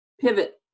pivot